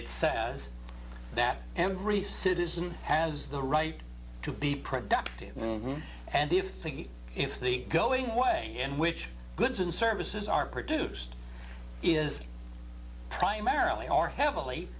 it says that every citizen has the right to be productive and if if the going way in which goods and services are produced is primarily are heavily